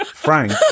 Frank